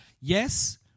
yes